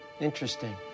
Interesting